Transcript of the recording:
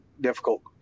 difficult